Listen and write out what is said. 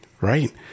right